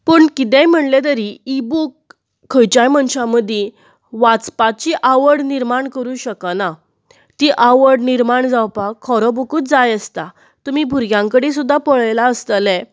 पूण कितेंय म्हणले तरी इ बूक खंयच्याय मनशा मदी वाचपाची आवड निर्माण करूं शकना ती आवड निर्माण जावपाक खरो बुकूच जाय आसता तुमी भुरग्यां कडेन सुद्दा पळयलां आसतलें